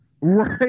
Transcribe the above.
Right